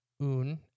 un